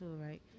Right